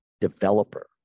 developer